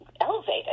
elevated